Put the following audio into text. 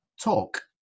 talk